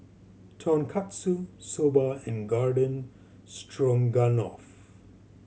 Tonkatsu Soba and Garden Stroganoff